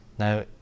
Now